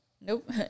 Nope